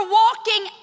walking